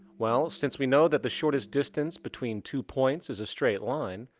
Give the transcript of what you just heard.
well, since we know that the shortest distance between two points is a straight line,